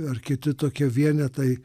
ar kiti tokie vienetai